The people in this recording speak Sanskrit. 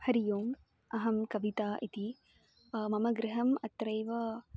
हरिः ओम् अहं कविता इति मम गृहम् अत्रैव